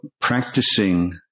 practicing